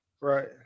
Right